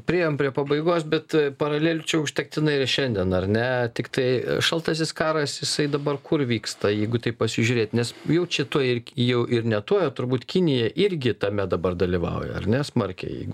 priėjom prie pabaigos bet paralelių čia užtektinai ir šiandien ar ne tiktai šaltasis karas jisai dabar kur vyksta jeigu taip pasižiūrėti nes jau čia tuoj jau ir ne tuoj o turbūt kinija irgi tame dabar dalyvauja ar ne smarkiai